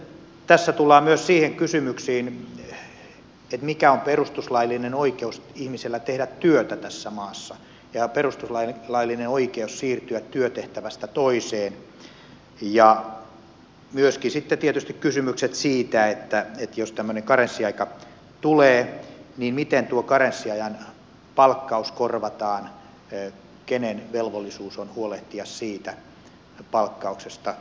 sitten tässä tullaan myös siihen kysymykseen mikä on perustuslaillinen oikeus ihmisellä tehdä työtä tässä maassa ja perustuslaillinen oikeus siirtyä työtehtävästä toiseen ja myöskin sitten tietysti kysymyksiin siitä että jos tämmöinen karenssiaika tulee niin miten tuo karenssiajan palkkaus korvataan kenen velvollisuus on huolehtia siitä palkkauksesta